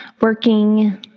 working